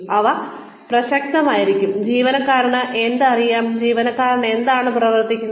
അവ പ്രസക്തമായിരിക്കണം ജീവനക്കാരന് എന്ത് അറിയാം ജീവനക്കാരൻ എന്താണ് പ്രവർത്തിക്കുന്നത്